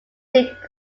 fleet